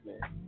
man